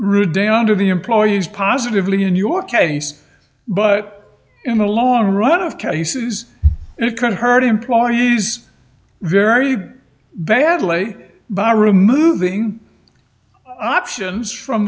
redound of the employees positively in your case but in the long run of cases it can hurt employees very badly by removing options from